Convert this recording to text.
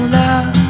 love